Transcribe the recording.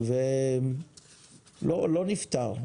ולא נפתר.